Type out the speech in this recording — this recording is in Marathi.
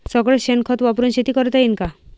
सगळं शेन खत वापरुन शेती करता येईन का?